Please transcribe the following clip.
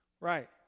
Right